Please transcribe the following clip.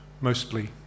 Mostly